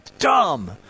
Dumb